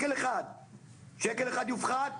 אם שקל אחד יופחת